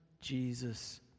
Jesus